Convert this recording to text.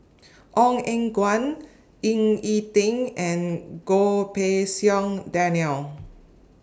Ong Eng Guan Ying E Ding and Goh Pei Siong Daniel